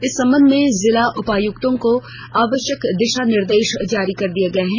इस संबंध में जिला उपायुक्तों को आवश्यक दिशा निर्देश जारी कर दिए गए हैं